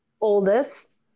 oldest